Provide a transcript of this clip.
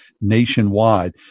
nationwide